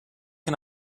can